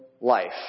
life